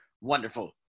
wonderful